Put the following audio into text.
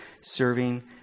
serving